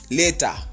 later